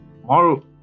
tomorrow